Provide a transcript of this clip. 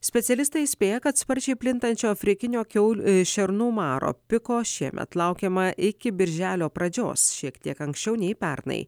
specialistai įspėja kad sparčiai plintančio afrikinio kiaulių šernų maro piko šiemet laukiama iki birželio pradžios šiek tiek anksčiau nei pernai